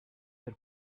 per